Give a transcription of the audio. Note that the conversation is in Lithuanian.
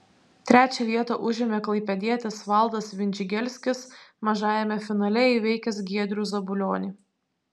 trečią vietą užėmė klaipėdietis valdas vindžigelskis mažajame finale įveikęs giedrių zabulionį